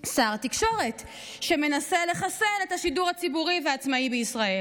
שר תקשורת שמנסה לחסל את השידור הציבורי והעצמאי בישראל,